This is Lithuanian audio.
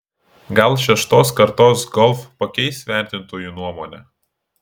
gal šeštos kartos golf pakeis vertintojų nuomonę